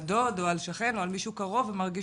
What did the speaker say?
דוד או על שכן או על מישהו קרוב ומרגיש